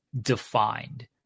defined